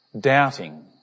doubting